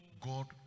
God